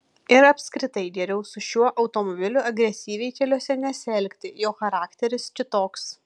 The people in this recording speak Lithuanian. ir apskritai geriau su šiuo automobiliu agresyviai keliuose nesielgti jo charakteris kitoks